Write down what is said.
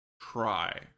Try